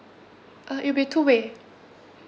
uh it'll be two way